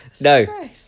No